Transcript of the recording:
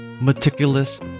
meticulous